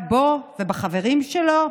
פגע בו ובחברים שלו,